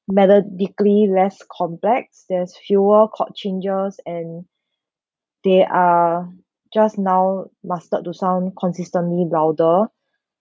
methodically less complex there's fewer chord changes and they are just now mustered to sound consistently louder